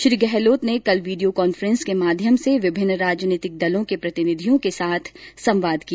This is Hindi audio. श्री गहलोत ने कल वीडियो कॉन्फ्रेन्स के माध्यम से विभिन्न राजनीतिक दलों के प्रतिनिधियों के साथ संवाद किया